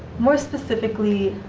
more specifically,